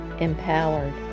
empowered